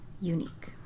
unique